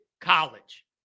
College